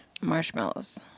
marshmallows